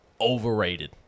overrated